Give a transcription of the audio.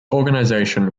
organization